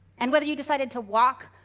and whether you decided to walk,